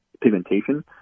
pigmentation